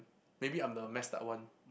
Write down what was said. maybe I'm the messed up one